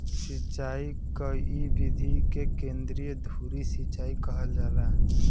सिंचाई क इ विधि के केंद्रीय धूरी सिंचाई कहल जाला